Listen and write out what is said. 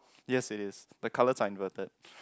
yes it is the colors are inverted